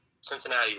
Cincinnati